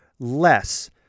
less